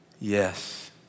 Yes